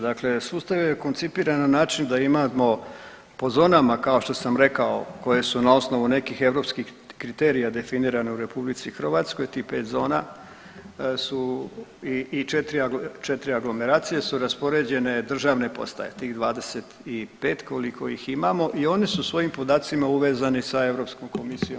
Dakle, sustav je koncipiran na način da imamo po zonama kao što sam rekao koje su na osnovu nekih europskih kriterija definirane u RH tih pet zona su i četiri aglomeracije su raspoređene državne postaje tih 25 koliko ih imamo i one su svojim podacima uvezani sa Europskom komisijom.